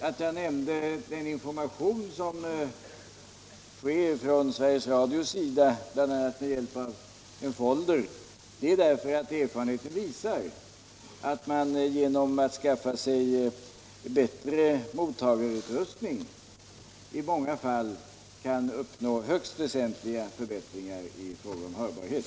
Att jag nämnde den information som lämnas från Sveriges Radios sida, bl.a. med hjälp av en folder, berodde på att erfarenheten visar att man genom att skaffa sig en bättre mottagarutrustning i många fall kan uppnå högst väsentliga förbättringar i fråga om hörbarhet.